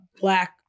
Black